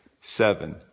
seven